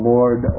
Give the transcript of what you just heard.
Lord